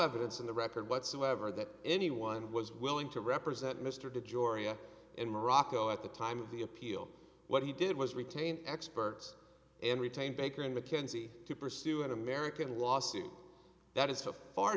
evidence in the record whatsoever that anyone was willing to represent mr de joria in morocco at the time of the appeal what he did was retain experts and retain baker and mckenzie to pursue an american lawsuit that is so far